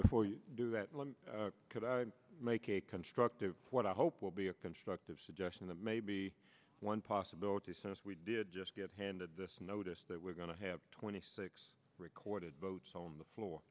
before you do that could i make a constructive what i hope will be a constructive suggestion that may be one possibility so if we did just get handed this notice that we're going to have twenty six recorded votes on the floor